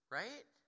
right